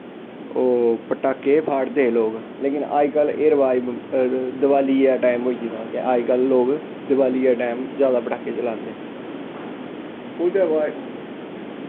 पटाके फाड़दे हे लोग लेकिन एह् रवाज अजकल्ल दिबालियै दै टैम होई गेदा अजकल्ल लोग दिबालियै दै टैम जैदा पटाके चलांदे ओह्दे बाद च